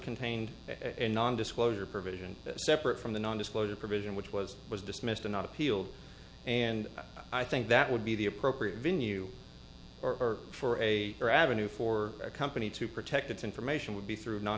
contained a non disclosure provision separate from the non disclosure provision which was was dismissed and not appealed and i think that would be the appropriate venue or for a or avenue for a company to protect its information would be through non